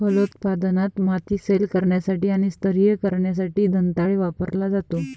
फलोत्पादनात, माती सैल करण्यासाठी आणि स्तरीय करण्यासाठी दंताळे वापरला जातो